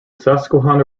susquehanna